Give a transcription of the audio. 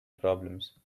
problems